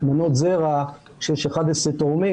מנות זרע כשיש 11 תורמים,